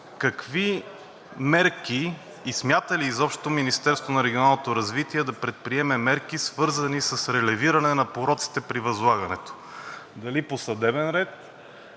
какви мерки и смята ли изобщо Министерството на регионалното развитие да предприеме мерки, свързани с релевиране на пороците при възлагането – дали по съдебен ред